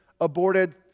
aborted